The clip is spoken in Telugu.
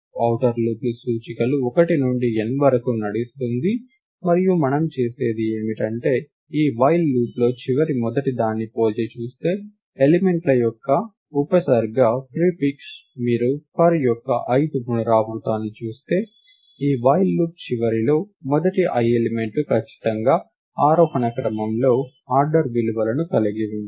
ఔటర్ లూప్ సూచికలు 1 నుండి n వరకు నడుస్తుంది మరియు మనం చేసేది ఏమిటంటే ఈ while లూప్ చివరిలో మొదటిదాన్ని పోల్చి చూస్తే ఎలిమెంట్ల యొక్క ఉపసర్గప్రీ ఫిక్స్ మీరు for యొక్క ith పునరావృతాన్ని చూస్తే ఈ while లూప్ చివరిలో మొదటి i ఎలిమెంట్లు ఖచ్చితంగా ఆరోహణ క్రమంలో ఆర్డర్ విలువలను కలిగి ఉంటాయి